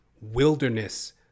wilderness